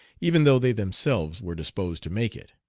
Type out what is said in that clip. even though they themselves were disposed to make it.